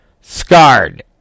Scarred